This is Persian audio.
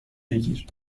بگیر